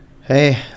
hey